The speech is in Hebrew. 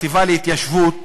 החטיבה להתיישבות,